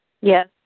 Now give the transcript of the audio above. Yes